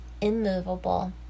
immovable